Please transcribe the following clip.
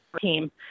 team